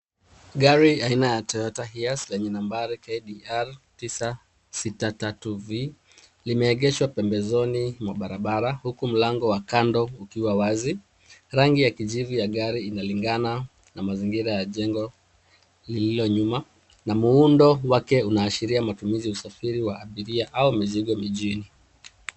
Gari aina ya Toyota Hiace lenye nambari, KDR tisa sita tatu V,limeegeshwa pembezoni mwa barabara huku mlango wa kando ukiwa wazi. Rangi ya kijivu ya gari inalingana na mazingira ya jengo lililo nyuma na muundo wake unaashiria matumizi ya usafiri wa abiria au mizigo mjini.